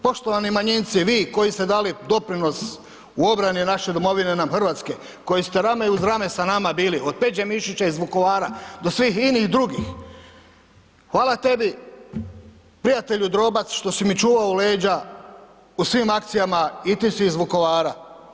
Poštovani manjinci, vi koji ste dali doprinos u obrani naše domovine nam RH, koji ste rame uz rame sa nama bili od Peđe Mišića iz Vukovara do svih inih i drugih, hvala tebi prijatelju Drobac što si mi čuvao leđa u svim akcijama i ti si iz Vukovara.